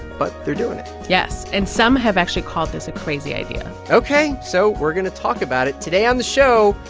but they're doing it yes, and some have actually called this a crazy idea ok, so we're going to talk about it. today on the show,